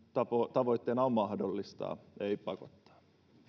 tavoitteena on mahdollistaa ei pakottaa